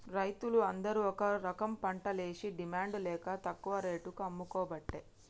రైతులు అందరు ఒక రకంపంటలేషి డిమాండ్ లేక తక్కువ రేటుకు అమ్ముకోబట్టే